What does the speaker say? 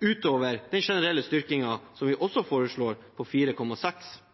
utover den generelle styrkingen som vi også foreslår, på 4,6 mrd. kr.